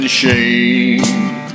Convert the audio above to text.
shame